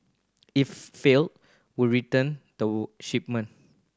if failed would return the shipment